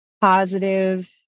positive